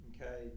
okay